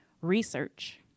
research